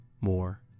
more